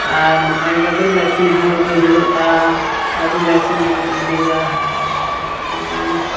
ᱟᱨ ᱱᱚᱜᱼᱚᱸᱭ ᱜᱟᱹᱰᱤ ᱞᱟᱭᱥᱮᱱᱥ ᱦᱚᱸ ᱤᱫᱤ ᱦᱩᱭᱩᱜᱼᱟ ᱟᱜᱟᱹᱰᱤ ᱞᱟᱭᱥᱮᱱᱥ ᱦᱚᱸ ᱤᱫᱤᱭᱟ ᱟᱨ ᱱᱚᱜᱼᱚᱸᱭ